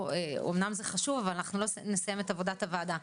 אמנם זה חשוב אבל אנחנו לא נסיים את עבודת הוועדה.